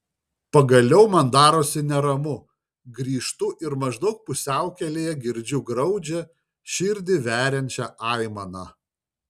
pagaliau man darosi neramu grįžtu ir maždaug pusiaukelėje girdžiu graudžią širdį veriančią aimaną